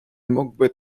mógłby